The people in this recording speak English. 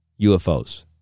UFOs